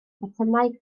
botymau